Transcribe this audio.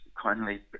kindly